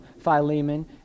Philemon